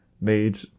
made